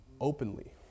openly